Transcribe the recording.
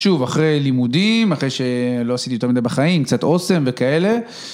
שוב, אחרי לימודים, אחרי שלא עשיתי יותר מדי בחיים, קצת אוסם וכאלה.